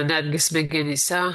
netgi smegenyse